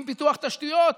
עם פיתוח תשתיות,